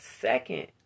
second